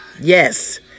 Yes